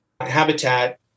habitat